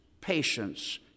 patience